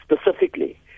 specifically